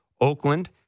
Oakland